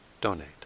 donate